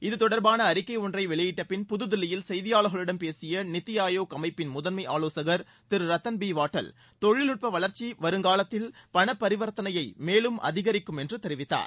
இத்தொடர்பாள அறிக்கை ஒன்றை வெளியிட்ட பின் புதுதில்லியில் செய்தியாளர்களிடம் பேசிய நித்தி ஆயோக் அமைப்பின் முதன்மை ஆலோசகர் திரு ரத்தன் பி வாட்டல் தொழில்நுட்ப வளர்ச்சி வருங்காலத்தில் பணப் பரிவர்த்தனையை மேலும் அதிகரிக்கும் என்று தெரிவித்தார்